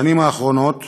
בשנים האחרונות